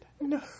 No